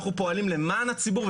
אנחנו פועלים למען הציבור,